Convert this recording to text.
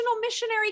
missionary